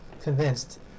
convinced